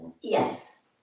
Yes